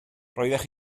roeddech